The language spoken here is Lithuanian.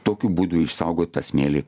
tokiu būdu išsaugot tą smėlį